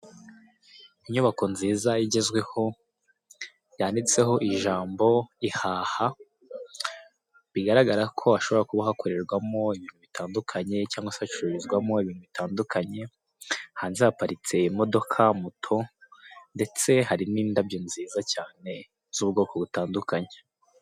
Inyubako nziza igezweho, yanditse ho ijambo Ihaha, bigaragara ko hashobora kuba hakorerwamo ibintu bitandukanye, cyangwa se hacururizwamo ibintu bitandukanye, hanze haparitse: imodoka, moto, ndetse hari n'indabyo nziza cyane z'ubwoko butandukanye.